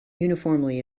uniformly